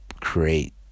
create